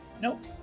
Nope